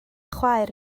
chwaer